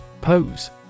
Pose